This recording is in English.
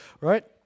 right